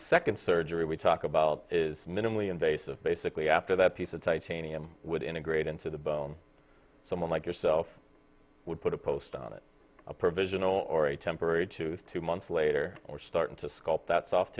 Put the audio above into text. second surgery we talk about is minimally invasive basically after that piece of titanium would integrate into the bone someone like yourself would put a post on it a provisional or a temporary tooth two months later or starting to sculpt that soft